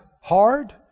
hard